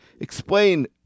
explain